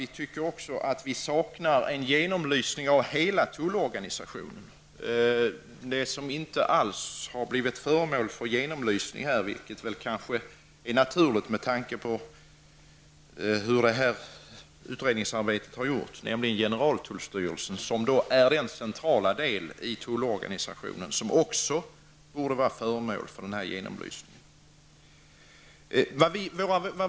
Vi anser att det saknas en genomlysning av hela tullorganisationen. Generaltullstyrelsen, som är den centrala delen i tullorganisationen, borde också bli föremål för den här genomlysningen. Det är dock ganska naturligt att så inte ha skett med tanke på hur utredningsarbetet har genomförts.